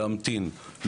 להמתין,